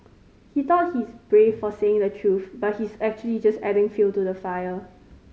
he thought he's brave for saying the truth but he's actually just adding fuel to the fire